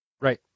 Right